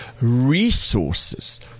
Resources